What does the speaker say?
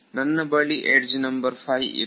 ನನ್ನ ಬಳಿಯಡ್ಜ್ ನಂಬರ್ 5 ಇದೆ